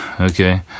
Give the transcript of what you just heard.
Okay